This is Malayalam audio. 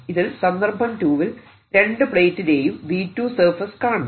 ഇതിൽ സന്ദർഭം 2 വിൽ രണ്ടു പ്ലേറ്റിലെയും V2 surface കാണണം